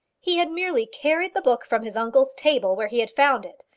he had merely carried the book from his uncle's table where he had found it,